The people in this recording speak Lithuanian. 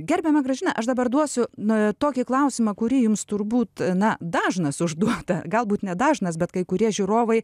gerbiama gražina aš dabar duosiu na tokį klausimą kurį jums turbūt na dažnas užduoda galbūt ne dažnas bet kai kurie žiūrovai